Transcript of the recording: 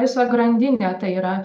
visą grandinę tai yra